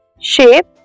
shape